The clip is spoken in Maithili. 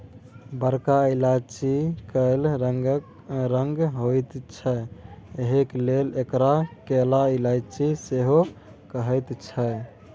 बरका इलायची कैल रंगक होइत छै एहिलेल एकरा कैला इलायची सेहो कहैत छैक